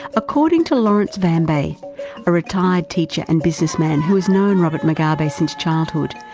according to lawrence vambe, a retired teacher and businessman who has known robert mugabe since childhood,